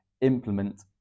implement